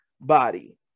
body